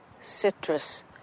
citrus